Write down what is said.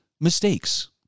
mistakes